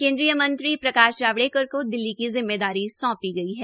केन्द्रीय मंत्री प्रकाश जावड़ेकर को दिल्ली की जिम्मेदारी सौंपी गई है